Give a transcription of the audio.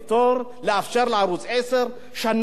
לאפשר לערוץ-10 שנה שלמה?